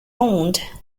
owned